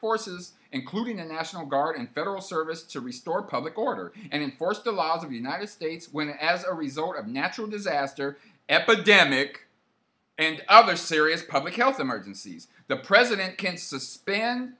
forces including the national guard and federal service to restore public order and enforce the laws of the united states when as a result of natural disaster epidemic and other serious public health emergencies the president